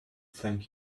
thank